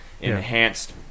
enhanced